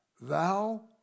Thou